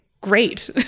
great